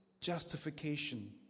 justification